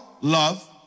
Love